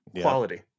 quality